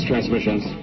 Transmissions